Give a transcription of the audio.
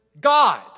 God